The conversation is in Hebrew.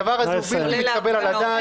הדבר הזה הוא בלתי מתקבל על הדעת.